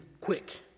quick